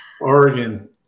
Oregon